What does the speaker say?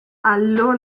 alors